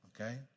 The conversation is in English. okay